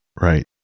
right